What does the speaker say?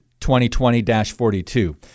2020-42